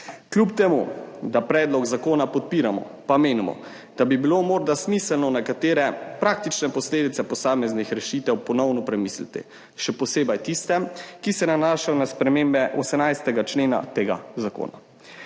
Kljub temu, da predlog zakona podpiramo, pa menimo, da bi bilo morda smiselno nekatere praktične posledice posameznih rešitev ponovno premisliti, še posebej tiste, ki se nanašajo na spremembe 18. člena tega zakona.